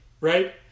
right